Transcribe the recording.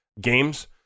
games